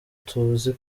tuzi